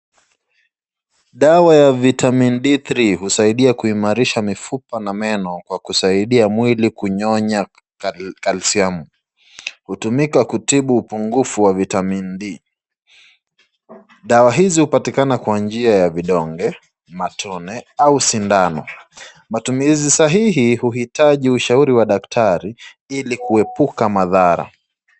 Dawa ya vitamin d3 husaidia kuimarisha mifupa na meno kwa kusaidia mwili kunyonya kalsiamu, hutumika kutibu upungufu wa vitamiin D dawa hizi hupatikana njia ya vidonge, matone au sindano, matumizi sahihi huhitaji ushauri wa daktari ili kuepuka madhara.